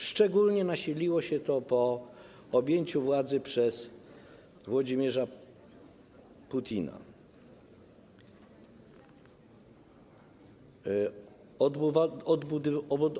Szczególnie nasiliło się to po objęciu władzy przez Włodzimierza Putina.